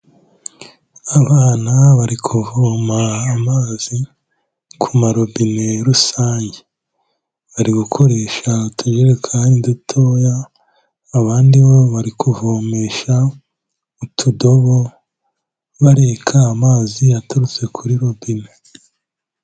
Abana bari kuvoma amazi ku marobine rusange bari gukoresha utujerekani dutoya abandi bo bari kuvomesha utudobo bareka amazi aturutse kuri robine.